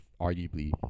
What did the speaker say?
arguably